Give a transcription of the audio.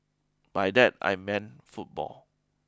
by that I mean football